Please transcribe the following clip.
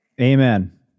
amen